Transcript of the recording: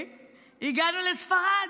הגענו לספרד,